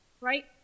right